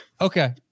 Okay